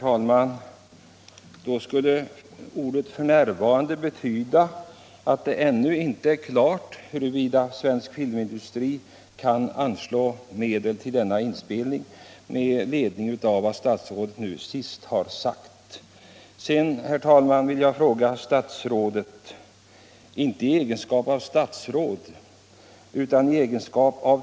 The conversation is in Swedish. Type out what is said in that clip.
Om ökad frihet för Herr talman! Uttrycket f. n. skulle alltså, om jag tolkar statsrådets ord = de baltiska folken, rätt, här betyda att det dock ännu inte är klart huruvida Svenska film = m.m. institutet kan anslå medel till denna inspelning.